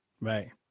right